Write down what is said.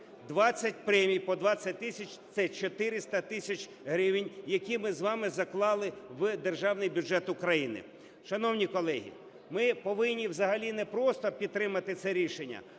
20 премій по 20 тисяч – це 400 тисяч гривень, які ми з вами заклали в Державний бюджет України. Шановні колеги, ми повинні взагалі не просто підтримати це рішення,